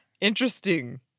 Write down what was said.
Interesting